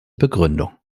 begründung